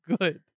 good